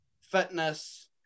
fitness